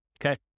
okay